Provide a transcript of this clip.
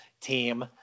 team